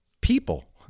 people